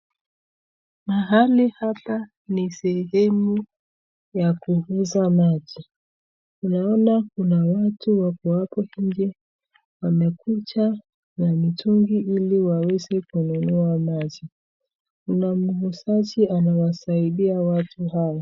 Mahali hapa ni sehemu ya kuuza maji. Tunaona kuna watu wako hapo nje wamekuja na mitungi ili waweze kununua maji. Kuna mwuzaji anawasaidia watu hawa.